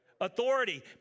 Authority